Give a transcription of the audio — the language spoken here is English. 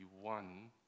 one